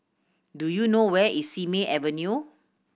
do you know where is Simei Avenue